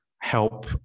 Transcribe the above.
help